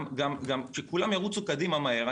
גם כשכולם ירוצו קדימה מהר,